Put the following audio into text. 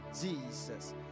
Jesus